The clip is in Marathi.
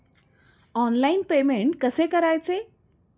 ऑनलाइन पेमेंट कसे करायचे?